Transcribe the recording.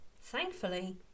Thankfully